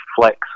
flex